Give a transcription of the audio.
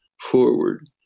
forward